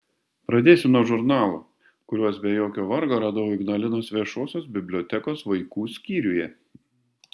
pradėsiu nuo žurnalų kuriuos be jokio vargo radau ignalinos viešosios bibliotekos vaikų skyriuje